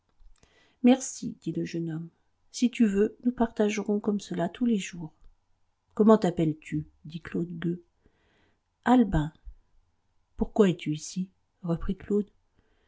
merci dit le jeune homme si tu veux nous partagerons comme cela tous les jours comment t'appelles-tu dit claude gueux albin pourquoi es-tu ici reprit claude